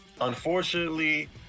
unfortunately